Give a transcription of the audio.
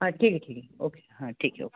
हाँ ठीक है ठीक है ओके हाँ ठीक है ओके